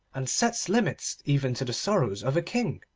and sets limits even to the sorrow of a king,